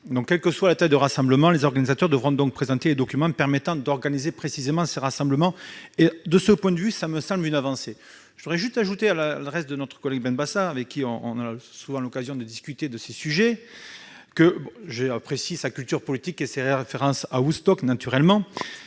Quelle que soit la taille du rassemblement, les organisateurs devront désormais présenter les documents permettant d'organiser précisément le rassemblement. De ce point de vue, le texte me semble être une avancée. J'ajouterai juste à l'adresse de notre collègue Benbassa, avec qui nous avons souvent l'occasion de discuter de ces sujets, que j'ai apprécié sa culture politique, ses références à Woodstock, naturellement,